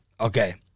Okay